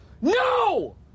No